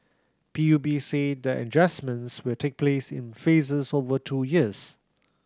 P U B said the adjustments will take place in phases over two years